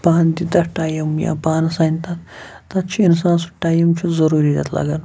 پانہٕ تیوٗتاہ ٹایِم یا پانَس سانہِ تَتھ تَتھ چھُ اِنسان سُہ ٹایم چھُ ضٔروٗری تَتھ لَگَن